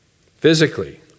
Physically